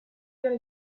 gonna